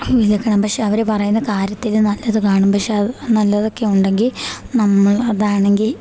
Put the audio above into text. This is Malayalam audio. വിലക്കണം പക്ഷെ അവർ പറയുന്ന കാര്യത്തിൽ നല്ലത് കാണും പക്ഷെ അത് നല്ലതൊക്കെ ഉണ്ടെങ്കിൽ നമ്മൾ അതാണെങ്കിൽ